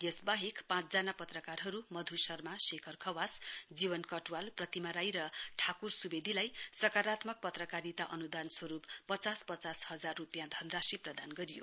यस वाहेक पाँचजना पत्रकारहरू मध् शर्मा शेखर खवास जीवन कटुवाल प्रतिमा री र ठाकुर सुवेदीलाई सकारात्मक पत्रकारिता अनुदान स्वरूप पचास पचास हजार रूपियाँ धनराशि प्रदान गरियो